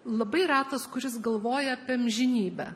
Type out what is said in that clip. labai retas kuris galvoja apie amžinybę